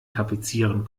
tapezieren